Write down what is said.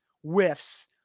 whiffs